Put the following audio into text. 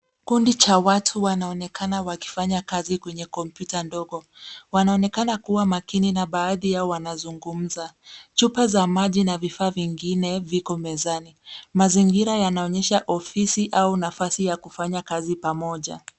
Kundi cha watu wanaonekana wakifanya kazi kwenye kompyuta ndogo. Wanaonekana kuwa makini na baadhi yao wanazungumza. Chupa za maji na vifaa vingine viko mezani. Mazingira yanaonyesha ofisi au nafasi ya kufanya kazi pamoja.